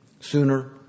Sooner